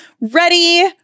ready